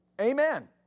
Amen